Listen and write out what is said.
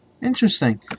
Interesting